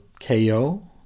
KO